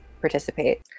participate